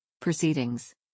Proceedings